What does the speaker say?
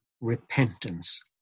repentance